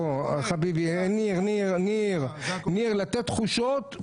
בוא, חביבי, ניר, לתת תחושות?